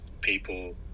people